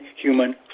human